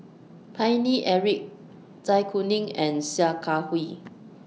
Paine Eric Zai Kuning and Sia Kah Hui